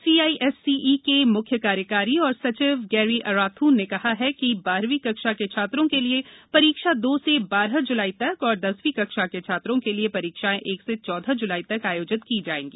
CISCE के मुख्य कार्यकारी और सचिव गेरी अराथून ने कहा कि बारहवीं कक्षा के छात्रों के लिए परीक्षा दो से बारह ज्लाई तक और दसवीं कक्षा के छात्रों के लिए परीक्षाएं एक से चौदह ज्लाई तक आयोजित की जायेंगी